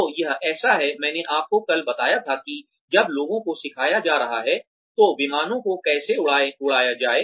तो यह ऐसा है मैंने आपको कल बताया था कि जब लोगों को सिखाया जा रहा है तो विमानों को कैसे उड़ाया जाए